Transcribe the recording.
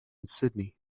sydney